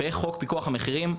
בחוק פיקוח המחירים,